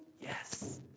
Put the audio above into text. Yes